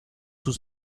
sus